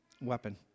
weapon